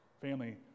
Family